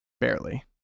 Barely